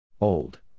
Old